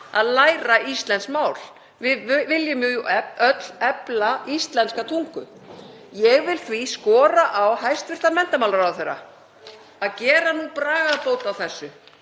að læra íslenskt mál. Við viljum öll efla íslenska tungu. Ég vil því skora á hæstv. menntamálaráðherra að gera bragarbót á þessu,